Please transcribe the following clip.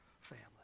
family